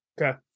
Okay